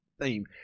theme